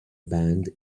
band